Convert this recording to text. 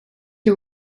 who